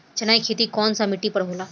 चन्ना के खेती कौन सा मिट्टी पर होला?